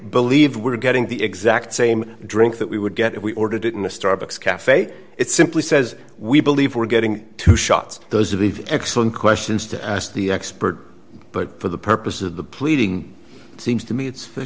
believe we're getting the exact same drink that we would get if we ordered it in a starbucks cafe it simply says we believe we're getting two shots those of the excellent questions to ask the expert but for the purpose of the pleading it seems to me it's